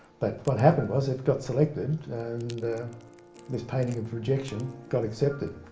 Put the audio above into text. but what happened was it got selected, and this painting of rejection got accepted,